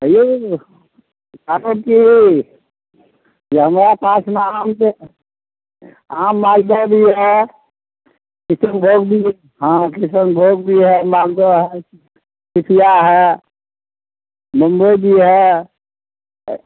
हेऔ कहब कि हमरा पासमे आम तऽ आम मालदह भी हइ किसनभोग भी हँ किसनभोग भी हइ मालदह हइ सिपिआ हइ बम्बइ भी हइ अ